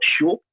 sure